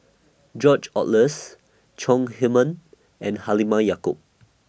George Oehlers Chong Heman and Halimah Yacob